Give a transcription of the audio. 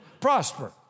prosper